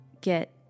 get